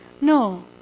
No